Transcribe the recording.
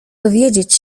dowiedzieć